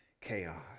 chaos